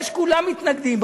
רואה שכולם מתנגדים,